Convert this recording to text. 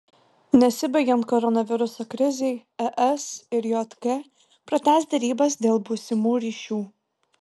nesibaigiant koronaviruso krizei es ir jk pratęs derybas dėl būsimų ryšių